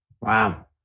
Wow